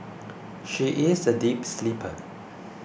she is a deep sleeper